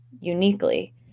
uniquely